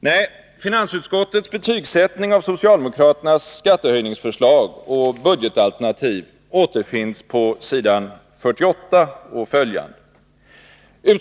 Nej, finansutskottets betygsättning av socialdemokraternas skattehöjningsförslag och budgetalternativ återfinns på s. 48 och följande sidor.